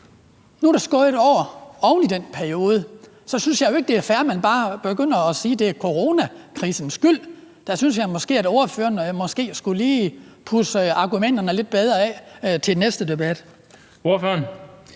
Nu er der så gået et år oven i den periode. Så synes jeg jo ikke, det er fair, at man bare begynder at sige, at det er coronakrisens skyld. Der synes jeg måske, at ordføreren lige skulle pudse argumenterne lidt bedre af til den næste debat. Kl.